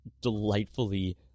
delightfully